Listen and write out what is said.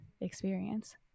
experience